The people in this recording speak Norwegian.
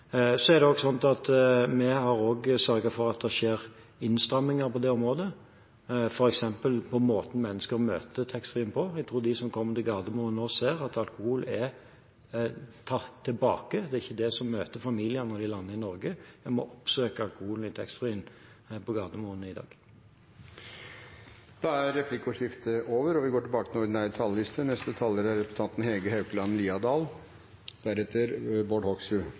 Så har vi også sørget for at det skjer innstramninger på det området, f.eks. på måten mennesker møter taxfree-en på. Jeg tror de som kommer til Gardermoen, nå ser at alkohol er tatt tilbake – det er ikke det som møter familiene når de lander i Norge. Man må oppsøke alkoholen i taxfree-en på Gardermoen i dag. Replikkordskiftet er over. De talere som heretter får ordet, har en taletid på inntil 3 minutter. Når jeg i dag velger å ta ordet i denne debatten, er